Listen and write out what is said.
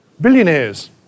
billionaires